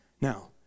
Now